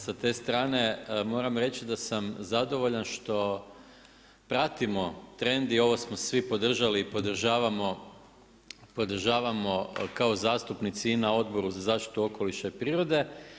Sa te strane moram reći da sam zadovoljan što pratimo trend i ovo smo svi podržali i podržavamo kao zastupnici i na Odboru za zaštitu okoliša i prirode.